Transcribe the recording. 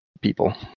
people